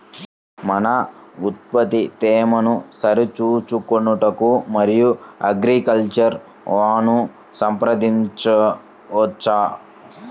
మన ఉత్పత్తి తేమను సరిచూచుకొనుటకు మన అగ్రికల్చర్ వా ను సంప్రదించవచ్చా?